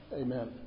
Amen